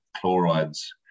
chlorides